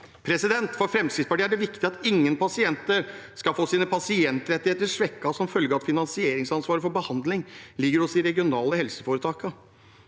For Fremskrittspartiet er det viktig at ingen pasienter skal få sine pasientrettigheter svekket som følge av at finansieringsansvaret for behandling ligger hos de regionale helseforetakene.